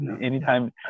Anytime